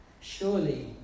surely